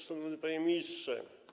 Szanowny Panie Ministrze!